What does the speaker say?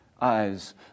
eyes